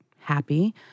happy